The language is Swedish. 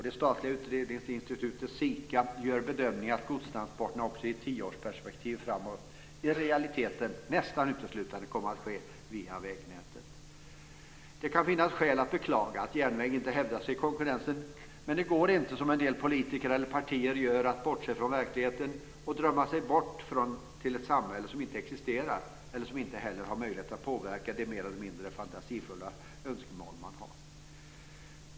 Det statliga utredningsinstitutet SIKA gör bedömningen att godstransporterna också i ett tioårsperspektiv framåt i realiteten nästan uteslutande kommer att ske via vägnätet. Det kan finnas skäl att beklaga att järnvägen inte hävdat sig i konkurrensen. Men det går inte, som en del politiker eller partier gör, att bortse från verkligheten och drömma sig bort till ett samhälle som inte existerar och som inte heller har möjlighet att påverka de mer eller mindre fantasifulla önskemål man har.